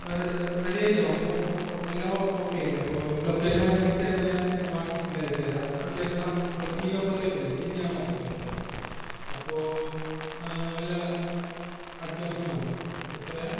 red റെഡിയല്ലേ അപ്പോൾ എല്ലാം ഓക്കെ ആയില്ലേ അപ്പോൾ ലൊക്കേഷൻ വേണമെങ്കിൽ ചേട്ടന് ഞാൻ വാട്സ്ആപ്പിൽ അയച്ചുതരാം ആ ചേട്ടൻ്റെ നമ്പർ ഈ നമ്പറിലേക്കല്ലേ ഇതിൽ ഞാൻ വാട്സ്ആപ്പിൽ അയച്ച് തരാം അപ്പോൾ വല്ല അഡ്വാൻസ് വേണോ എത്രയാണ്